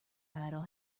idle